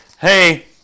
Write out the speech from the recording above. hey